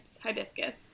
hibiscus